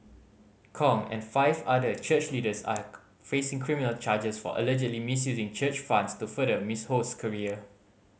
Kong and five other church leaders are facing criminal charges for allegedly misusing church funds to further Miss Ho's career